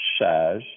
size